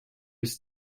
its